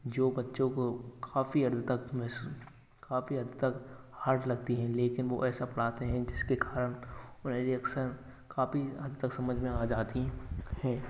जो बच्चों को काफी हद तक में काफी हद तक हार्ड लगती है लेकिन वो ऐसा पढ़ाते हैं जिसके कारण रिएक्शन काफी हद तक समझ में आ जाती है